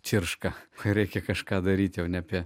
čirška cha reikia kažką daryti jau ne apie